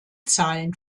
zahlen